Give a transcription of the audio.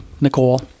Nicole